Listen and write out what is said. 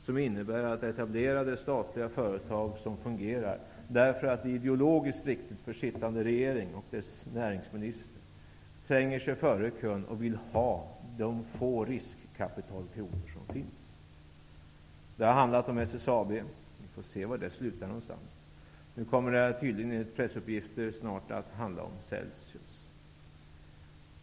Det innebär att etablerade statliga företag som fungerar, därför att det är ideologiskt riktigt för sittande regering och dess näringsminister, tränger sig före i kön och vill ha de få riskkapitalkronor som finns. Det har handlat om SSAB; vi får se var det slutar. Nu kommer det, enligt pressuppgifter, tydligen snart att handla om Celsius.